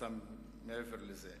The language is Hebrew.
אותם מעבר לזה,